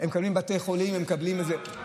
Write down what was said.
הם מקבלים מבתי חולים,